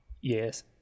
Yes